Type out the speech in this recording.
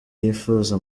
yifuza